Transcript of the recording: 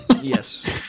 yes